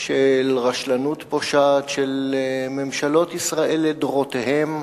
של רשלנות פושעת של ממשלות ישראל לדורותיהן,